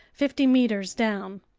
fifty meters down.